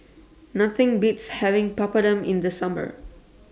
Nothing Beats having Papadum in The Summer